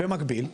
במקביל,